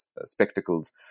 spectacles